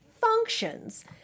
functions